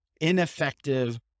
Ineffective